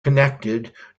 connected